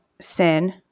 sin